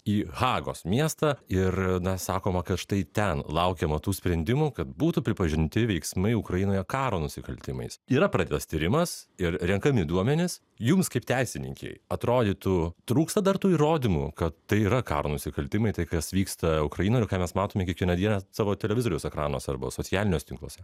į hagos miestą ir na sakoma kad štai ten laukiama tų sprendimų kad būtų pripažinti veiksmai ukrainoje karo nusikaltimais yra pradėtas tyrimas ir renkami duomenys jums kaip teisininkei atrodytų trūksta dar tų įrodymų kad tai yra karo nusikaltimai tai kas vyksta ukrainoj ir ką mes matome kiekvieną dieną savo televizoriaus ekranuose arba socialiniuose tinkluose